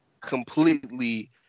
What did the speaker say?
completely